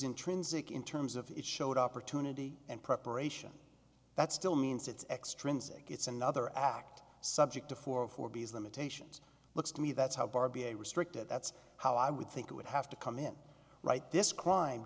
intrinsic in terms of it showed opportunity and preparation that still means it's extrinsic it's another act subject to four or four b s limitations looks to me that's how barbie a restricted that's how i would think it would have to come in right this crime